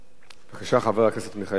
בבקשה, חבר הכנסת מיכאל בן-ארי.